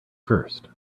first